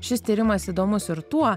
šis tyrimas įdomus ir tuo